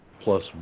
plus